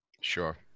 Sure